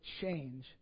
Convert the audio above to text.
change